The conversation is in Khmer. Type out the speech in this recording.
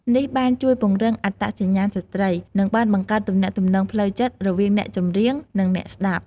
នេះបានជួយពង្រឹង អត្តសញ្ញាណស្ត្រី និងបានបង្កើតទំនាក់ទំនងផ្លូវចិត្តរវាងអ្នកចម្រៀង និងអ្នកស្តាប់។